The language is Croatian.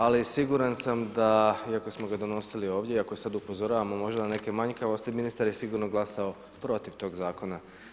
Ali siguran sam da iako smo ga donosili ovdje i ako sada upozoravamo možda na neke manjkavosti, ministar je sigurno glasao protiv toga zakona.